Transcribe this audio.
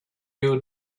you